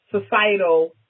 societal